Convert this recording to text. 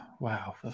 Wow